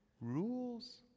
rules